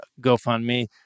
GoFundMe